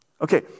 Okay